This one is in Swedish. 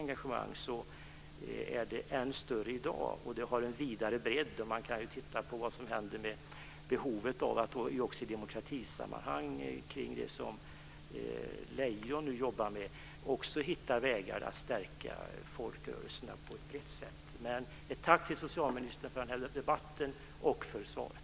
Engagemanget har också en större bredd. Man kan även titta på vad som händer i demokratisammanhang, där Britta Lejon nu arbetar för att hitta vägar för att stärka folkrörelserna på ett nytt sätt. Jag vill framföra ett tack till socialministern för debatten och för svaret.